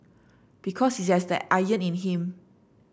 because he has that iron in him